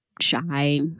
shy